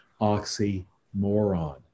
oxymoron